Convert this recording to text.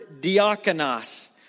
diakonos